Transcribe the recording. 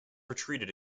retreated